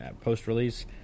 post-release